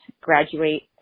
graduate